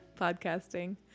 podcasting